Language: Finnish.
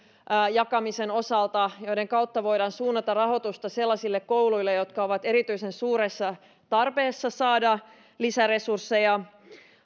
jakamisen osalta joiden kautta voidaan suunnata rahoitusta sellaisille kouluille jotka ovat erityisen suuressa tarpeessa saada lisäresursseja